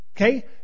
Okay